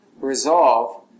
resolve